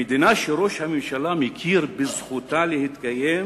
המדינה שראש הממשלה מכיר בזכותה להתקיים